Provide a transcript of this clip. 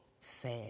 sad